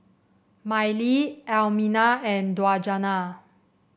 Mylie Almina and Djuna